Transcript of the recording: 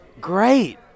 great